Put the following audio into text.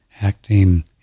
acting